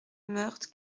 meurthe